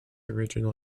original